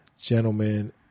gentlemen